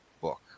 book